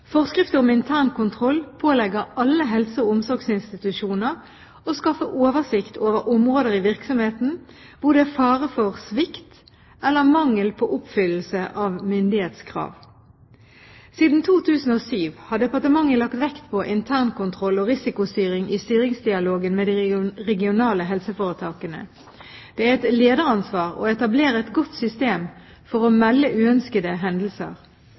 pålegger alle helse- og omsorgsinstitusjoner å «skaffe oversikt over områder i virksomheten hvor det er fare for svikt eller mangel på oppfyllelse av myndighetskrav». Siden 2007 har departementet lagt vekt på internkontroll og risikostyring i styringsdialogen med de regionale helseforetakene. Det er et lederansvar å etablere et godt system for å melde uønskede hendelser.